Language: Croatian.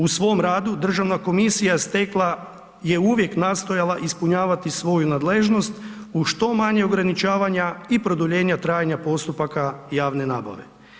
U svom radu Državna komisija je uvijek nastojala ispunjavati svoju nadležnost uz što manje ograničavanja i produljenja trajanja postupaka javne nabave.